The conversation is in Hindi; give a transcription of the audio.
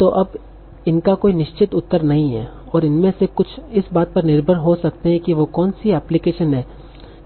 तो अब इनका कोई निश्चित उत्तर नहीं है और इनमें से कुछ इस बात पर निर्भर हो सकते हैं कि वह कौन सी एप्लीकेशन है